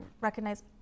recognize